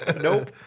Nope